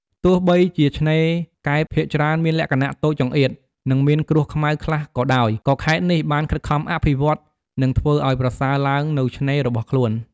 ទោះបីជាឆ្នេរកែបភាគច្រើនមានលក្ខណៈតូចចង្អៀត និងមានគ្រួសខ្មៅខ្លះក៏ដោយ ក៏ខេត្តនេះបានខិតខំអភិវឌ្ឍ និងធ្វើឱ្យប្រសើរឡើងនូវឆ្នេររបស់ខ្លួន។